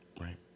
Right